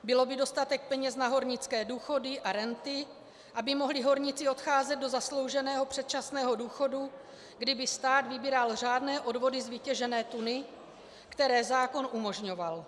Bylo by dostatek peněz na hornické důchody a renty, aby mohli horníci odcházet do zaslouženého předčasného důchodu, kdyby stát vybíral řádné odvody z vytěžené tuny, které zákon umožňoval.